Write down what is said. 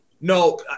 No